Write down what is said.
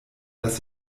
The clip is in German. dass